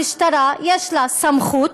המשטרה, יש לה סמכות,